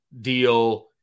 deal